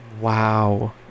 Wow